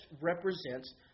represents